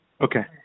Okay